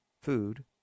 food